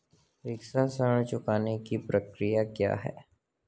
शिक्षा ऋण चुकाने की प्रक्रिया क्या है?